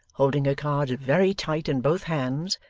holding her cards very tight in both hands,